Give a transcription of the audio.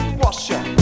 washer